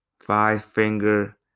five-finger